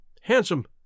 handsome